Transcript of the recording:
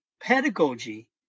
pedagogy